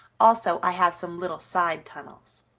also i have some little side tunnels.